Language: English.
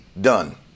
done